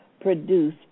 produce